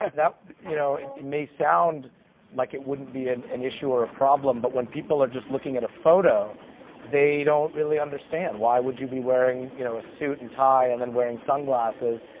ah you know and it may sound like it wouldn't be an an issue or a problem but when people are just looking at a photo they don't really understand why would you be wearing you know a suit and tie and then wearing sunglasses.